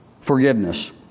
forgiveness